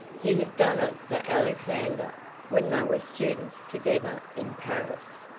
he had done it for alexander when they were students together in paris.